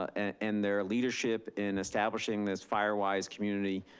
and their leadership in establishing this fire wise community.